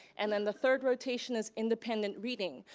and then the third rotation is independent reading.